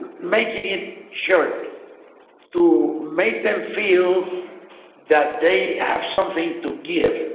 making it sure to make them feel that they have something to give